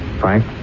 Frank